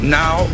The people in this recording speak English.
now